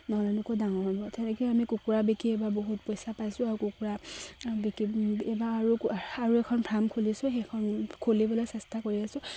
নহ'লেনো ক'ত ডাঙৰ হ'ব তেনেকে আমি কুকুৰা বিকি এবাৰ বহুত পইচা পাইছোঁ আৰু কুকুৰা বিকি এইবাৰ আৰু এখন ফাৰ্ম খুলিছোঁ সেইখন খুলিবলৈ চেষ্টা কৰি আছোঁ